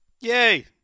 Yay